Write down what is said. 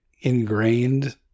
ingrained